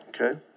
Okay